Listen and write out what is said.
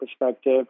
perspective